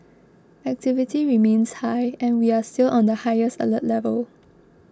activity remains high and we are still on the highest alert level